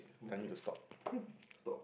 okay stop